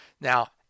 now